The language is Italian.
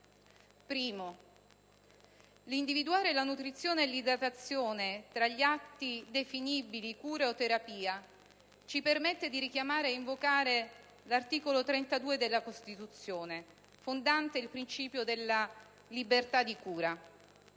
Primo: l'individuare la nutrizione e l'idratazione tra gli atti definibili cura o terapia ci permette di richiamare e invocare l'articolo 32 della Costituzione, fondante il principio della libertà di cura.